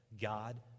God